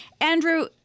Andrew